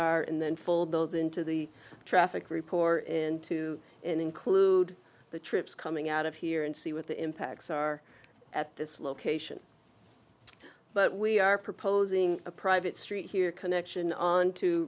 are and then fold those into the traffic report in to include the trips coming out of here and see what the impacts are at this location but we are proposing a private street here connection on